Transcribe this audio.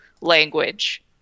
language